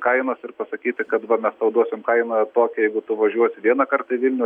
kainos ir pasakyti kad va mes tau duosim kainą tokią jeigu tu važiuosi vieną kartą į vilnių